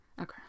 Okay